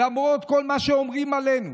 למרות כל מה שאומרים עלינו